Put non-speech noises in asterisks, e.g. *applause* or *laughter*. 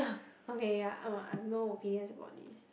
*breath* okay ya uh I have no opinions about this